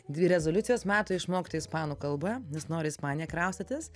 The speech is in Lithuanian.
dvi rezoliucijos metų išmokti ispanų kalbą jis nori į ispaniją kraustytis